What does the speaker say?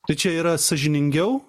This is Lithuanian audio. tai čia yra sąžiningiau